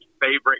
favorite